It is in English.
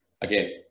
again